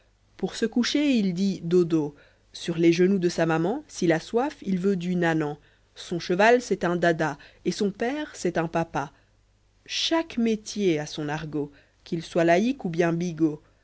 pour se coucher il dit dodo sur les genoux de sa maman s'il a soif il veut du nanan son cheval c'est un dada et son père c'est un papa chaque métier a son argot qu'il soit laïque ou bien bigot